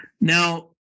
Now